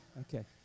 Okay